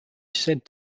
said